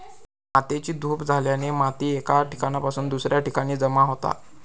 मातेची धूप झाल्याने माती एका ठिकाणासून दुसऱ्या ठिकाणी जमा होता